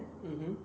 mmhmm